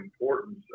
importance